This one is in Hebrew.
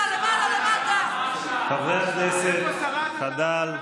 חברי הכנסת, חדל.